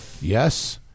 Yes